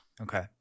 Okay